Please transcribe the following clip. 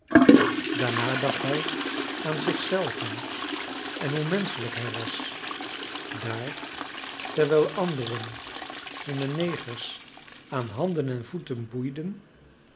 daarna dacht hij aan zich zelven en hoe menschelijk hij was daar terwijl anderen hunne negers aan handen en voeten boeiden